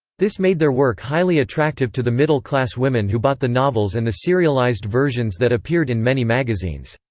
this made their work highly attractive to the middle-class women who bought the novels and the serialized versions that appeared in many magazines.